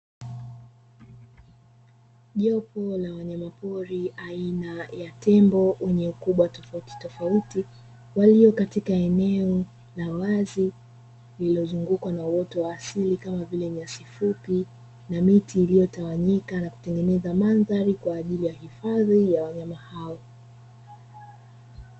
Jopo la wanyama pori aina ya tembo wenye ukubwa tofautitofauti, walio katika eneo la wazi iliyozungukwa na uoto wa asili kama vile nyasi fupi na miti, iliyotawanyika na kutengeneza mandhari kwa ajili ya hifadhi ya wanyama hao.